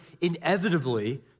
inevitably